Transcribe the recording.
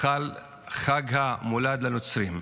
חל גם חג המולד לנוצרים.